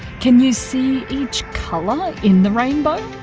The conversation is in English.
can you see each colour in the rainbow?